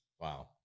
Wow